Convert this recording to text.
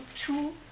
two